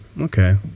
Okay